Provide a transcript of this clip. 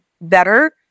better